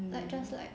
I just like